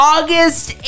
August